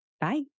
Bye